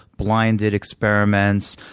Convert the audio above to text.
blinded experiments,